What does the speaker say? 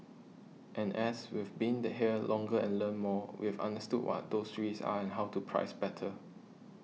and as we've been the hill longer and learnt more we've understood what those three's are and how to price better